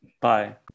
bye